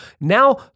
Now